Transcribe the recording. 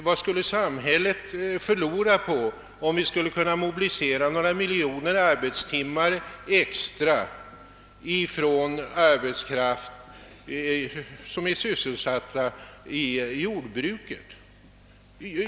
Vad skulle samhället förlora på att vi till skogsbruket mobiliserar några miljoner arbetstimmar extra från arbetskraft som är sysselsatt inom jordbruket?